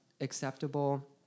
acceptable